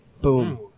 boom